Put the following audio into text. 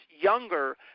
younger